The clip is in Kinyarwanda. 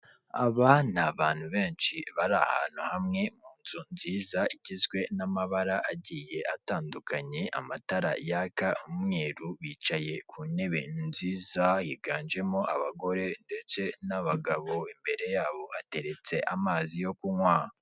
Aba ni abantu benshi bari ahantu hamwe mu nzu nziza igizwe n'amabara agiye atandukanye, amatara yaka umweru bicaye ku ntebe nziza, higanjemo abagore ndetse n'abagabo imbere yabo ateretse amazi yo kunywa.